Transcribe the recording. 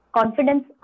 Confidence